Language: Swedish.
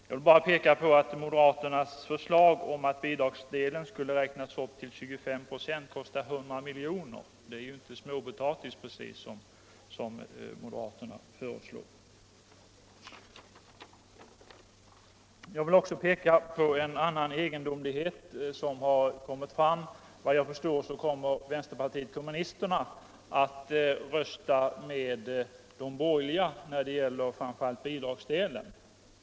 Jag vill bara peka på att moderaternas förslag om att bidragsdelen skulle räknas upp till 25 96 kostar 100 milj.kr. Det är inte precis småpotatis som moderaterna föreslår. Jag vill också peka på en annan egendomlighet som kommit fram under debatten. Vad jag förstår kommer vänsterpartiet kommunisterna att rösta med de borgerliga framför allt när det gäller bidragsdelen.